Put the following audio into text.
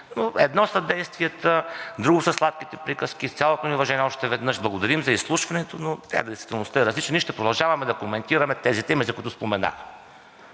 Едно са действията, друго са сладките приказки, с цялото ми уважение още веднъж. Благодарим за изслушването, но действителността е различна. Ние ще продължаваме да коментираме темите, които споменах.